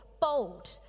bold